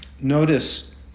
notice